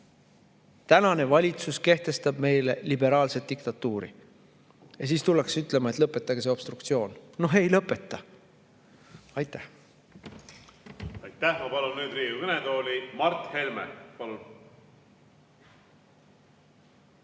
Tänane valitsus kehtestab meile liberaalset diktatuuri ja siis tullakse ütlema, et lõpetage see obstruktsioon. No ei lõpeta! Aitäh! Aitäh! Ma palun nüüd Riigikogu kõnetooli Mart Helme.